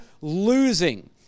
losing